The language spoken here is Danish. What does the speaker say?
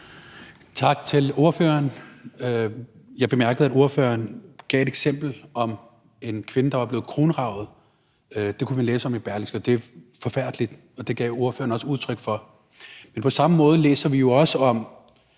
Tak til ordføreren. Jeg bemærkede, at ordføreren kom med et eksempel om en kvinde, der var blevet kronraget – det kunne man læse om i Berlingske – og det er forfærdeligt, og det gav ordføreren også udtryk for. Men på samme måde læser vi jo også om